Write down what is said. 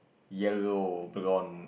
yellow blonde